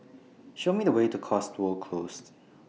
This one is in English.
Show Me The Way to Cotswold Close